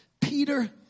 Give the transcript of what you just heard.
Peter